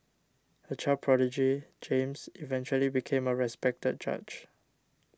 a child prodigy James eventually became a respected judge